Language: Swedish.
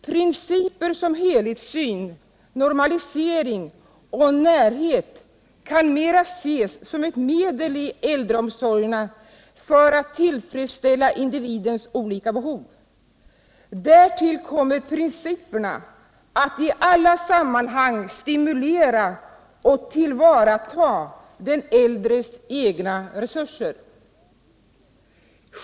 Principer som helhetssyn, normalisering och närhet kan mera ses som medel i äldreomsorgerna för att tillfredsställa individens olika behov. Därtill kommer principerna att i alla sammanhang stimulera och tillvarata äldres egna resurser.